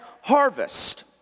harvest